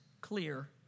clear